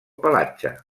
pelatge